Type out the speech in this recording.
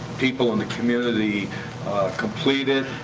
people in the community complete it,